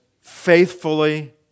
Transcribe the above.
faithfully